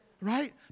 right